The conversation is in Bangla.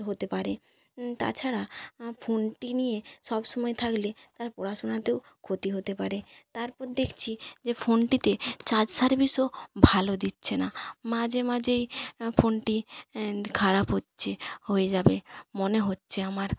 হতে পারে তাছাড়া ফোনটি নিয়ে সবসময় থাকলে তার পড়াশোনাতেও ক্ষতি হতে পারে তারপর দেখছি যে ফোনটিতে চার্জ সার্ভিসও ভালো দিচ্ছে না মাঝে মাঝেই ফোনটি খারাপ হচ্ছে হয়ে যাবে মনে হচ্ছে আমার